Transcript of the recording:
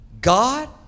God